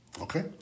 okay